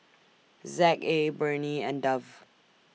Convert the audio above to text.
Z A Burnie and Dove